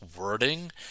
wording